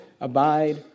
abide